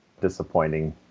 disappointing